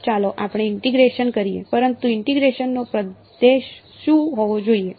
તો ચાલો આપણે ઇન્ટીગ્રેશન કરીએ પરંતુ ઇન્ટીગ્રેશન નો પ્રદેશ શું હોવો જોઈએ